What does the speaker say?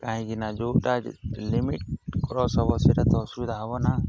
କାହିଁକିନା ଯେଉଁଟା limit cross ହବ ସେଇଟା ତ ଅସୁବିଧା ହବନା